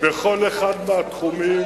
בכל אחד מהתחומים,